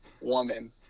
woman